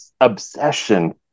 obsession